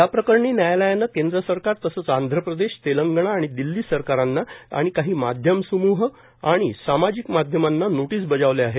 या प्रकरणी न्यायालयानं केंद्र सरकार तसंच आंध्र प्रदेश तेलंगणा आणि दिल्ली सरकारांना आणि काही माध्यम समूह आणि सामाजिक माध्यमांना नोटीस बजावल्या आहेत